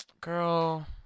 Girl